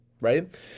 right